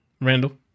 randall